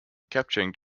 capturing